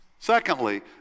Secondly